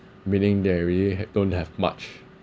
meaning they really had don't have much